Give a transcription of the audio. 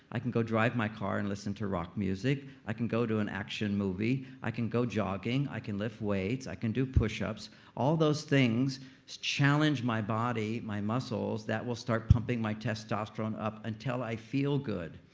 i can go drive my car and listen to rock music. i can go to an action movie. i can go jogging. i can lift weights. i can do pushups. all those things challenge my body, my muscles. that will start pumping my testosterone up until i feel good.